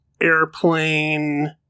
airplane